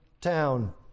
town